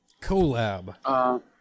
Collab